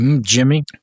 jimmy